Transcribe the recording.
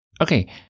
Okay